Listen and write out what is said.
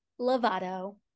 Lovato